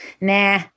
Nah